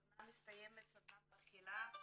סדנה מסתיימת וסדנה מתחילה.